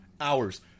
hours